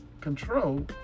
control